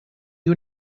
you